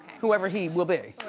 whoever he will be.